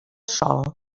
sòl